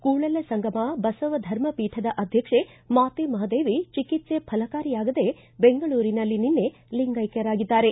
ಕೂಡಲಸಂಗಮ ಬಸವ ಧರ್ಮ ಪೀಠದ ಅಧ್ವಕ್ಷೆ ಮಾತೆ ಮಹಾದೇವಿ ಚಿಕಿತ್ಸೆ ಫಲಕಾರಿಯಾಗದೆ ಬೆಂಗಳೂರಿನಲ್ಲಿ ನಿನ್ನೆ ಲಿಂಗೈಕ್ತರಾಗಿದ್ದಾರೆ